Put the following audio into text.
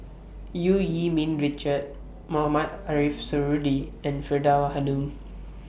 EU Yee Ming Richard Mohamed Ariff Suradi and Faridah Hanum